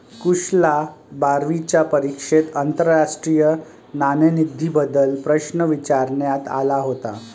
कुशलला बारावीच्या परीक्षेत आंतरराष्ट्रीय नाणेनिधीबद्दल प्रश्न विचारण्यात आला होता